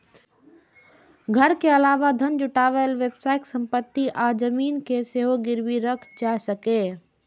घर के अलावा धन जुटाबै लेल व्यावसायिक संपत्ति आ जमीन कें सेहो गिरबी राखल जा सकैए